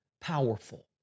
powerful